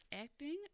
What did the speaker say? acting